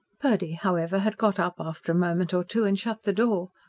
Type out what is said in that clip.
purdy, however, had got up after a moment or two and shut the door.